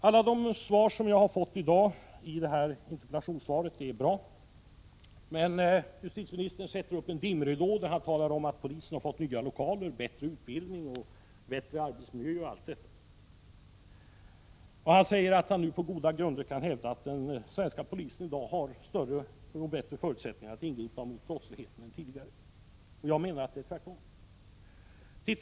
Alla de besked jag har fått i dag i detta interpellationssvar är bra. Men justitieministern sätter upp en dimridå och talar om att polisen har fått nya lokaler, bättre utbildning och bättre arbetsmiljö m.m. Han säger att han nu på goda grunder kan hävda att den svenska polisen i dag har större och bättre förutsättningar att ingripa mot brottsligheten än tidigare. Jag menar att det är tvärtom.